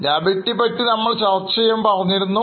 Liability പറ്റി നമ്മൾ ചർച്ച ചെയ്യുമ്പോൾ പറഞ്ഞിരുന്നു